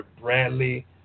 Bradley